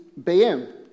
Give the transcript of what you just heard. BM